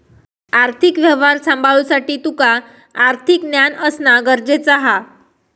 आर्थिक व्यवहार सांभाळुसाठी तुका आर्थिक ज्ञान असणा गरजेचा हा